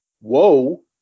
Whoa